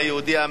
הסוציאליים.